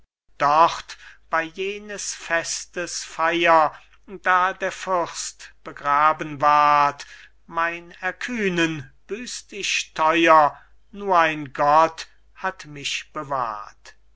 dort bei jenes festes feier da der fürst begraben ward mein erkühnen büßt ich theuer nur ein gott hat mich bewahrt da